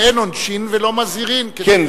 אין עונשין ולא מזהירין, כדברי, כן.